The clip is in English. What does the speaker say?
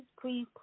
please